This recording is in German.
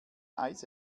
eis